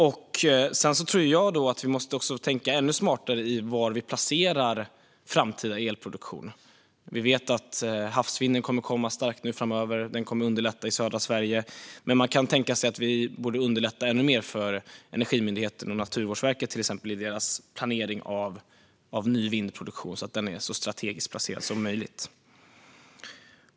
Jag tror också att vi måste tänka ännu smartare vad gäller var vi placerar framtida elproduktion. Vi vet att havsvinden kommer att komma starkt framöver. Det kommer att underlätta i södra Sverige. Men man kan tänka sig att vi borde underlätta ännu mer för till exempel både Energimyndigheten och Naturvårdsverket i deras planering av ny vindproduktion så att den placeras så strategiskt som möjligt.